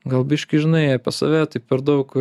gal biški žinai apie save tai per daug